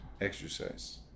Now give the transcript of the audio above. Exercise